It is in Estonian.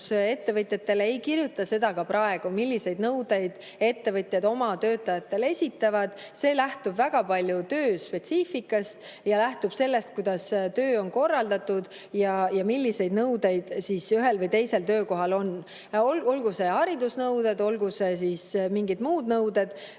ettevõtjatele, ei kirjuta ta seda ette ka praegu. See, milliseid nõudeid ettevõtjad oma töötajatele esitavad, lähtub väga palju töö spetsiifikast ja lähtub sellest, kuidas töö on korraldatud ja millised nõuded ühel või teisel töökohal on. Olgu need haridusnõuded, olgu need mingid muud nõuded